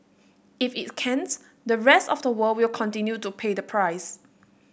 if it can't the rest of the world will continue to pay the price